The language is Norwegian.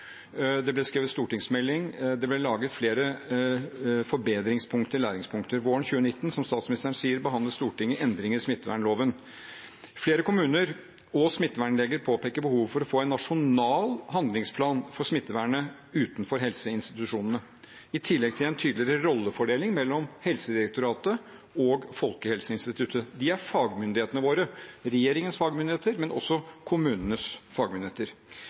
det laget en rapport, det ble skrevet en stortingsmelding, det ble satt opp flere forbedringspunkter, læringspunkter. Som statsministeren sier, behandlet Stortinget våren 2019 endringer i smittevernloven. Flere kommuner og smittevernleger påpekte behovet for å få en nasjonal handlingsplan for smittevernet utenfor helseinstitusjonene, i tillegg til en tydeligere rollefordeling mellom Helsedirektoratet og Folkehelseinstituttet. De er fagmyndighetene våre – regjeringens fagmyndigheter, men også kommunenes fagmyndigheter.